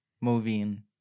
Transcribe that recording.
moving